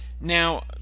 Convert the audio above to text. Now